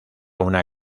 una